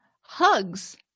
hugs